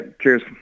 Cheers